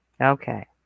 okay